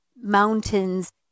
mountains